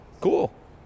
Cool